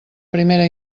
primera